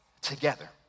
together